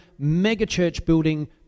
megachurch-building